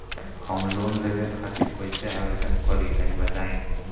हम लोन लेवे खातिर कइसे आवेदन करी तनि बताईं?